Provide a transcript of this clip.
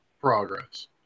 progress